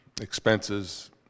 expenses